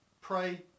pray